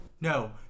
No